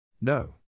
No